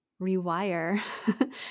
rewire